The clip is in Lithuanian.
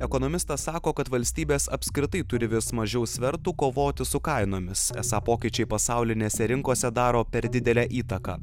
ekonomistas sako kad valstybės apskritai turi vis mažiau svertų kovoti su kainomis esą pokyčiai pasaulinėse rinkose daro per didelę įtaką